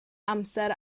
amser